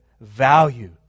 value